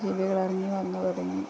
ജീവികളിറങ്ങി വന്നു തുടങ്ങി